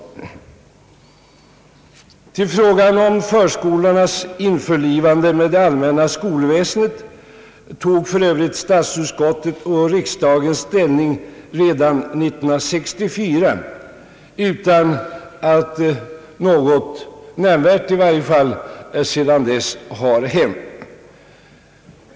Till frågan om förskolornas införlivande med det allmänna skolväsendet tog för övrigt statsutskottet och riksdagen ställning redan 1964 utan att något nämnvärt hänt sedan dess.